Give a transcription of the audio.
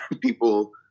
people